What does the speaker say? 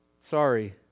Sorry